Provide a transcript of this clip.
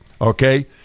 okay